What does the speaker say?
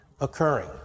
occurring